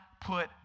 Put